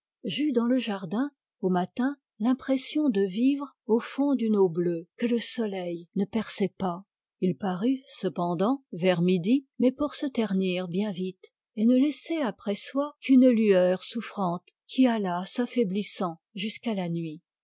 j'eus dans le jardin au matin l'impression de vivre au fond d'une eau bleue que le soleil ne perçait pas il parut cependant vers midi mais pour se ternir bien vite et ne laisser après soi qu'une lueur souffrante qui alla s'affaiblissant jusqu'à la nuit